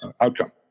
outcome